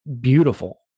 beautiful